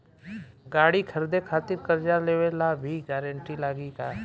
गाड़ी खरीदे खातिर कर्जा लेवे ला भी गारंटी लागी का?